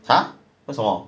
!huh! 为什么